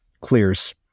clears